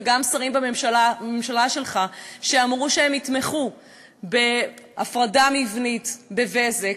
וגם שרים בממשלה שלך שאמרו שהם יתמכו בהפרדה מבנית ב"בזק"